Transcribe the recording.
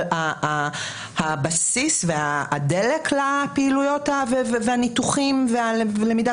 אבל הבסיס והדלק לפעילויות והניתוחים והלמידה